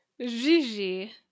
Gigi